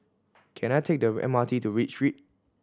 can I take the M R T to Read Street